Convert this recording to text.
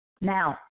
Now